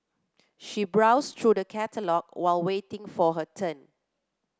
she browsed through the catalogue while waiting for her turn